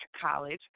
College